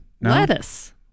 lettuce